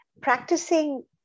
practicing